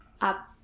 up